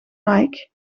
nike